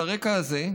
על הרקע הזה,